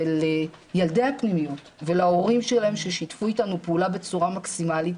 לילדי הפנימיות ולהורים שלהם ששיתפו איתנו פעולה בצורה מקסימלית.